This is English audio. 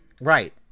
right